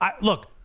Look